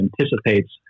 anticipates